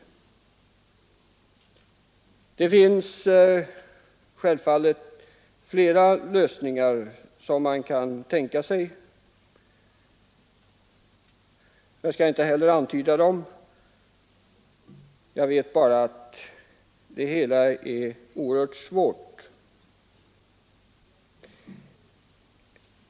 Självfallet finns det också flera lösningar som man kan tänka sig, men jag skall inte heller antyda dem; jag vet bara att situationen är oerhört svår att reda upp.